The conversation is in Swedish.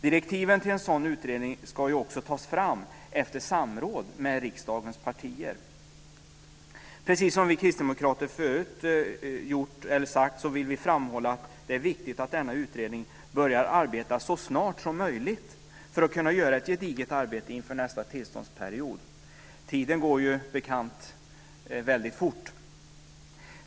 Direktiven till en sådan utredning ska ju också tas fram efter samråd med riksdagens partier. Precis som vi kristdemokrater förut har gjort vill vi framhålla att det är viktigt att denna utredning börjar arbeta så snart som möjligt för att man ska kunna göra ett gediget arbete inför nästa tillståndsperiod. Tiden går ju, som bekant, väldigt fort.